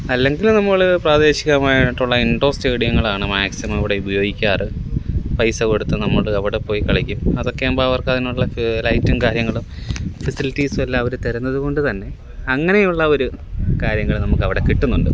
അല്ലെങ്കിൽ നമ്മൾ പ്രാദേശികമായിട്ടുള്ള ഇൻഡോർ സ്റ്റേഡിയങ്ങളാണ് മാക്സിമം ഇവിടെ ഉപയോഗിക്കാറ് പൈസ കൊടുത്ത് നമ്മൾ അവിടെ പോയി കളിക്കും അതൊക്കെ ആകുമ്പോൾ അവർക്ക് അതിനുള്ള ലൈറ്റും കാര്യങ്ങളും ഫെസിലിറ്റീസുമെല്ലാം അവർ തരുന്നതു കൊണ്ട് തന്നെ അങ്ങനെയുള്ള ഒരു കാര്യങ്ങൾ നമുക്ക് അവിടെ കിട്ടുന്നുണ്ട്